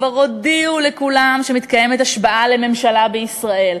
כבר הודיעו לכולם שמתקיימת השבעת ממשלה בישראל,